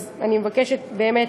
אז אני מבקשת, באמת,